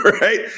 right